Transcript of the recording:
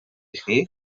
chi